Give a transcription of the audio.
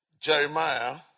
Jeremiah